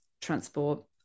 transport